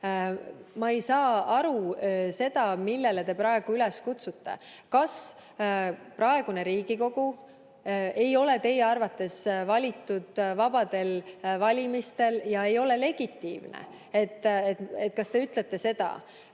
Ma ei saa aru sellest, millele te praegu üles kutsute. Kas praegune Riigikogu ei ole teie arvates valitud vabadel valimistel ega ole legitiimne? Kas te ütlete seda?